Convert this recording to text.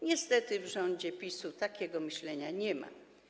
Niestety w rządzie PiS-u takiego myślenia nie ma.